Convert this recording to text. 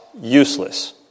useless